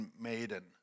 maiden